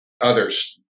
others